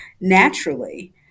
naturally